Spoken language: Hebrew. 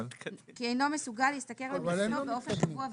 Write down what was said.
אינו מסוגל להשתכר למחייתו באופן קבוע ומלא"